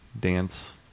dance